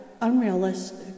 unrealistic